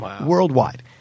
worldwide